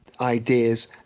ideas